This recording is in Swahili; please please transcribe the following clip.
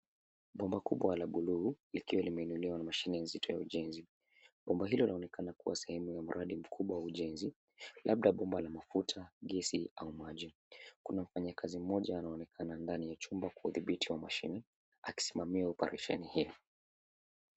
Bomba kubwa la buluu likiwa limeinuliwa na mashine nzito ya ujenzi, bomba hilo linaonekana kua sehemu ya mradi mkubwa wa ujenzi labda bomba la mafuta, gesi au maji. Kuna mfanyikazi mmoja anaonekana ndani ya chumba kudhibitiwa mashine akisimamia oparesheni hio.